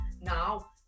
now